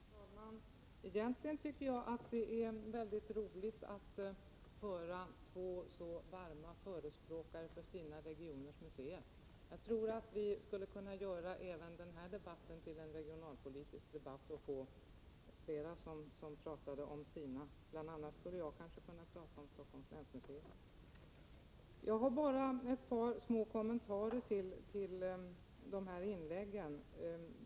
Herr talman! Egentligen tycker jag det är roligt att höra två ledamöter som är så varma förespråkare för sina regioners museer. Jag tror att vi skulle kunna göra även den här debatten till en regionalpolitisk debatt och få flera att tala för sina regioner. Bl. a. skulle jag kanske kunna tala om Stockholms läns museer. Jag har bara ett par små kommentarer till de här inläggen.